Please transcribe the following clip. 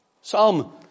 Psalm